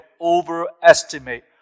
overestimate